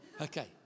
Okay